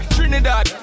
Trinidad